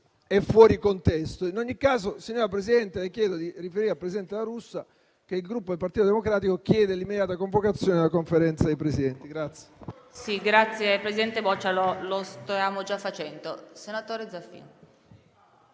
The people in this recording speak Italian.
e fuori contesto. In ogni caso, signora Presidente, le chiedo di riferire al presidente La Russa che il Gruppo Partito Democratico chiede l'immediata convocazione della Conferenza dei Presidenti. PRESIDENTE. Presidente Boccia, lo stavamo già facendo.